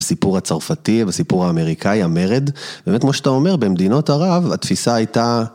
בסיפור הצרפתי ובסיפור האמריקאי, המרד, באמת כמו שאתה אומר, במדינות ערב התפיסה הייתה...